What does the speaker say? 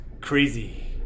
crazy